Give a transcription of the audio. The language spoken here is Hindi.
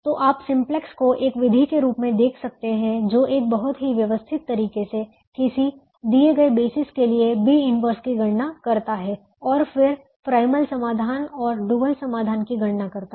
तो आप सिम्प्लेक्स को एक विधि के रूप में देख सकते हैं जो एक बहुत ही व्यवस्थित तरीके से किसी दिए गए बेसिस के लिए B 1 की गणना करता है और फिर प्राइमल समाधान और डुअल समाधान की गणना करता है